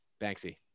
Banksy